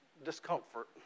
Discomfort